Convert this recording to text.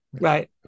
Right